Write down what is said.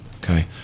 Okay